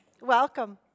Welcome